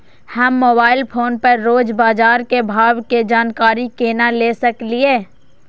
हम mobile phone पर रोज बाजार के भाव के जानकारी केना ले सकलिये?